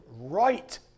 right